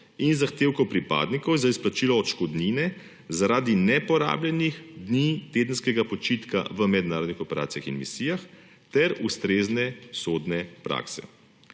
in zahtevkov pripadnikov za izplačilo odškodnine zaradi neporabljenih dni tedenskega počitka v mednarodnih operacijah in misijah ter ustrezne sodne prakse.